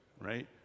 right